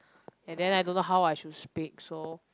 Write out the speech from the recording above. and then I don't know how I should speak so